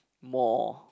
more